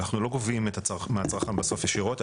אנחנו לא גובים מהצרכן בסוף ישירות,